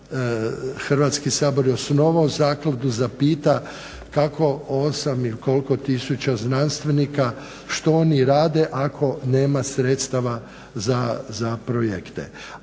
Hrvatski sabor je osnovao zakladu, zapita kao 8 ili koliko tisuća znanstvenika, što oni rade ako nema sredstava za projekte.